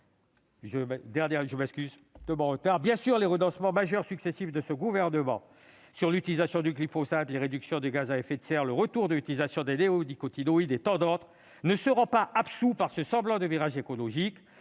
Bien sûr, les renoncements majeurs successifs de ce gouvernement- utilisation du glyphosate, objectifs de réduction des gaz à effet de serre, retour de l'utilisation des néonicotinoïdes, et j'en passe -ne seront pas absous par ce semblant de virage écologique.